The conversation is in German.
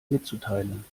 mitzuteilen